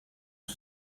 que